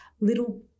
little